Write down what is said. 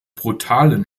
brutalen